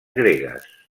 gregues